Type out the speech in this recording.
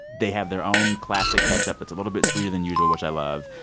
they have their own classic ketchup. it's a little bit sweeter than usual, which i love.